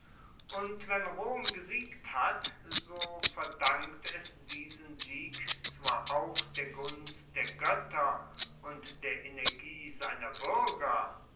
und wenn rom gesiegt hat so verdankt es diesen sieg zwar auch der gunst der goetter und der energie seiner buerger